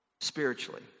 spiritually